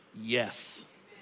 Yes